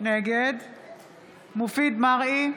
נגד מופיד מרעי,